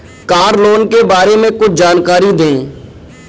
Car loan के बारे में कुछ जानकारी दें?